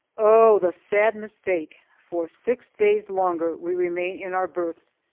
oh, the sad mistake! for six days longer we remain in our berths,